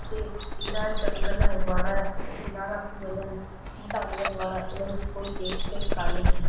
हिते एॾा जंगल वण किना था थी वञनि की था उन्हनि वण उन्हनि जी कोई देख रेख कोन्हे की